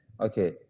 okay